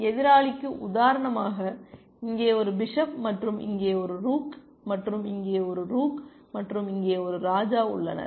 எனவே எதிராளிக்கு உதாரணமாக இங்கே ஒரு பிஷப் மற்றும் இங்கே ஒரு ரூக் மற்றும் இங்கே ஒரு ரூக் மற்றும் இங்கே ஒரு ராஜா உள்ளனர்